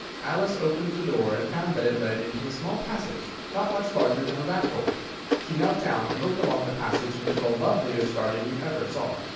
alice opened the door and found that it led into a small passage, not much larger than a rat-hole she knelt down and looked along the passage into the loveliest garden you ever saw.